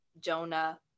jonah